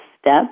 step